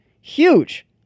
huge